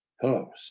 hello